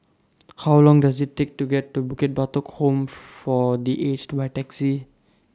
How Long Does IT Take to get to Bukit Batok Home For The Aged By Taxi